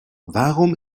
warum